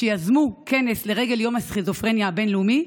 שיזמו כנס לרגל יום הסכיזופרניה הבין-לאומי.